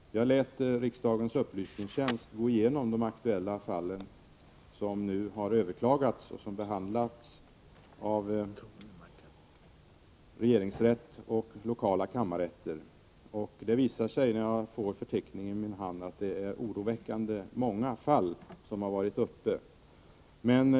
Jag lät riksdagens utredningstjänst gå igenom de aktuella fall som nu har överklagats och som behandlats av regeringsrätten och lokala kammarrätter. När jag fick förteckningen i min hand visade det sig att det är oroväckande många fall som har varit uppe till behandling.